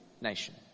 nation